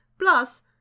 Plus